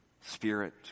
Spirit